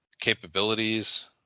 capabilities